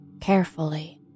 Carefully